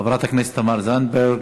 חברת הכנסת תמר זנדברג,